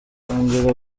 kongera